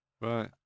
right